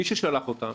מי ששלח אותם